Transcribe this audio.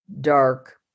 dark